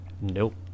Nope